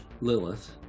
Lilith